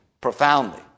profoundly